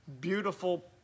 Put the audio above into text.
beautiful